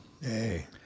Hey